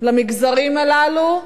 למגזרים הללו,